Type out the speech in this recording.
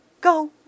go